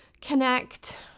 connect